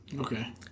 Okay